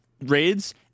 raids